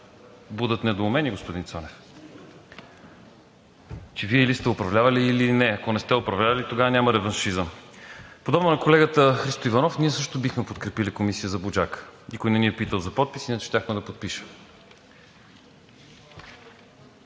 будят недоумение, господин Цонев, че Вие или сте управлявали или не. Ако не сте управлявали, тогава няма реваншизъм. Подобно на колегата Христо Иванов, ние също бихме подкрепили комисия за „Буджака“ – никой не ни е питал за подписи, иначе щяхме да подпишем.